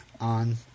on